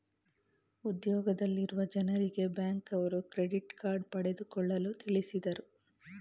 ಉದ್ಯೋಗದಲ್ಲಿರುವ ಜನರಿಗೆ ಬ್ಯಾಂಕ್ನವರು ಕ್ರೆಡಿಟ್ ಕಾರ್ಡ್ ಪಡೆದುಕೊಳ್ಳಲು ತಿಳಿಸಿದರು